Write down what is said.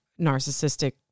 narcissistic